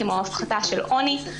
כמו הפחתה של עוני,